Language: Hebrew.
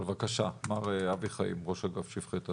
בקשה, מר אבי חיים, ראש אגף שפכי תעשייה.